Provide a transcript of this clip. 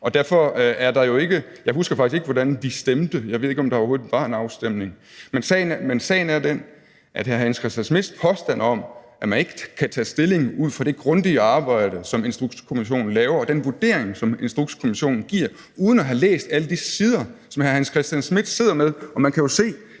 forholdene var. Jeg husker faktisk ikke, hvordan vi stemte; jeg ved ikke, om der overhovedet var en afstemning. Men sagen er den, at hr. Hans Christian Schmidt har en påstand om, at man ikke kan tage stilling ud fra det grundige arbejde, som Instrukskommissionen laver, og den vurdering, som Instrukskommissionen giver, uden at have læst alle de sider, som hr. Hans Christian Schmidt sidder med, men man kan jo se,